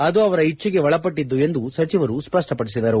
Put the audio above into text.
ಅದು ಅವರ ಇಜ್ಜೆಗೆ ಒಳಪಟ್ಟಿದ್ದು ಎಂದು ಸಚಿವರು ಸ್ವಷ್ಪಪಡಿಸಿದರು